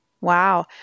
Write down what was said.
Wow